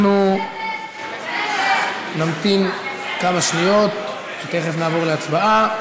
אנחנו נמתין כמה שניות ותכף נעבור להצבעה.